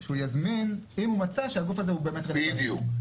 יזמין אם הוא מצא שהגוף הזה הוא באמת רלוונטי בדיוק.